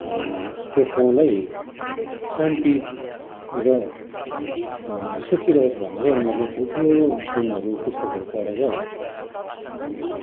त्यो ठाउँलाई शान्ति र सुखी रहोस् भनेर उनीहरूले ठुल ठुलो बुङहरू पुस्तकहरू पढेर